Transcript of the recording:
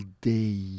Day